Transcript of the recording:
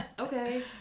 Okay